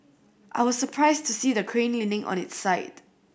I was surprised to see the crane leaning on its side